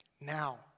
now